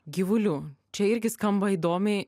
gyvulių čia irgi skamba įdomiai